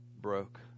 broke